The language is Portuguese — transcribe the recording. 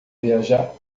viajar